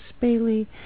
Bailey